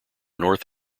north